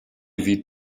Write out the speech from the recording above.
sieht